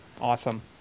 Awesome